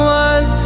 one